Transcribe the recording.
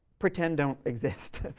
pretend don't exist,